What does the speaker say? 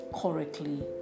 correctly